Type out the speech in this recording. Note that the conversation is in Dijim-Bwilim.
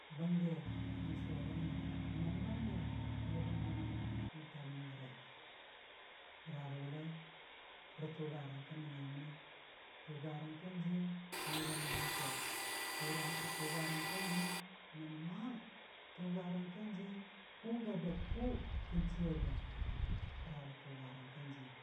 Bəngge mən swerə mo nəm bambe me bən dəmən tamən gəre, bəra rə wʊllai? rə tʊgarang kə nəngngaimənəng, tʊgarang ka jiiyəng me bən dəmən kee, tʊr- tʊgarang ka jiiyəng nən mwam, tʊgarang ka jiiyəng kʊ ga dəg kʊ kən chiiya gʊng mən tʊra- tʊgarang.